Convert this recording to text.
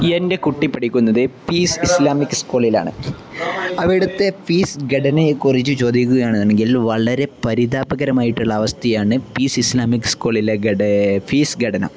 എൻ്റെ കുട്ടി പഠിക്കുന്നത് പീസ് ഇസ്ലാമിക് സ്കൂളിലാണ് അവിടത്തെ ഫീസ് ഘടനയെ കുറിച്ചു ചോദിക്കുകയാണെന്നുണ്ടെങ്കിൽ വളരെ പരിതാപകരമായിട്ടുള്ള അവസ്ഥയാണ് പിസ് ഇസ്ലാമിക് സ്കൂളിലെ ഫീസ് ഘടന